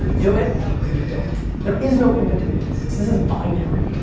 do it or you don't. there is no in-betweens. this is binary.